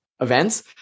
events